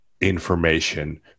information